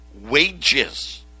Wages